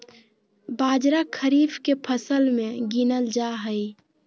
बाजरा खरीफ के फसल मे गीनल जा हइ